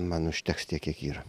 man užteks tiek kiek yra